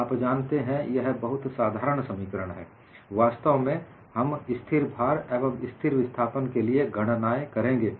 आप जानते हैं यह बहुत साधारण समीकरण है वास्तव में हम स्थिर भार एवं स्थिर विस्थापन के लिए गणनाएं करेंगे